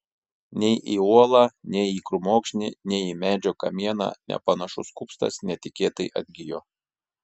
nei į uolą nei į krūmokšnį nei į medžio kamieną nepanašus kupstas netikėtai atgijo